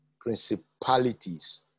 principalities